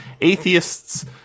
atheists